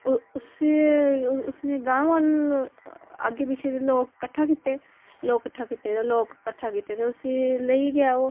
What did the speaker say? ओह् उसी उसी ते गांव आगे पीछे दे लोग कट्ठा कीते लोक किट्ठा कीते ते लोक कट्ठा कीते ते उसी लेई गेआ ओह्